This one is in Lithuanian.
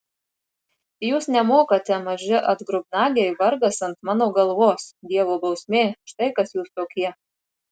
jūs nemokate maži atgrubnagiai vargas ant mano galvos dievo bausmė štai kas jūs tokie